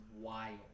wild